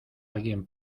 alguien